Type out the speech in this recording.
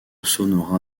sonora